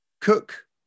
Cook